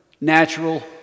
natural